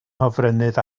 hofrennydd